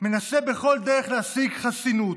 מנסה בכל דרך להשיג חסינות,